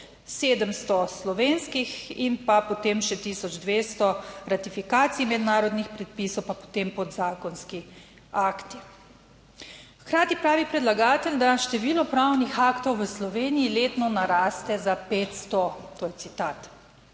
700 slovenskih in pa potem še 1200 ratifikacij mednarodnih predpisov, pa potem podzakonski akti. Hkrati pravi predlagatelj, da število pravnih aktov v Sloveniji letno naraste za 500. To je citat.